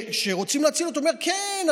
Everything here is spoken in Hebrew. כשרוצים להציל אותו הוא אומר: כן,